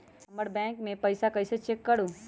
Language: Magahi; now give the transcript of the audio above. हमर बैंक में पईसा कईसे चेक करु?